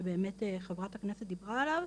שבאמת חה"כ דיברה עליו,